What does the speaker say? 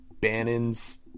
Bannon's